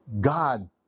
God